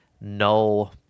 no